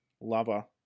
lover